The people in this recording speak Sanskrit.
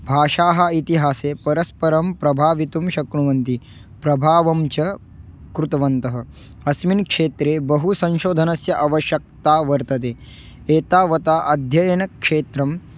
भाषाः इतिहासे परस्परं प्रभावितुं शक्नुवन्ति प्रभावं च कृतवन्तः अस्मिन् क्षेत्रे बहु संशोधनस्य अवश्यकता वर्तते एतावता अध्ययनक्षेत्रं